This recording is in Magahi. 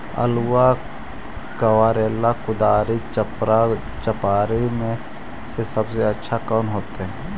आलुआ कबारेला कुदारी, चपरा, चपारी में से सबसे अच्छा कौन होतई?